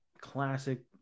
classic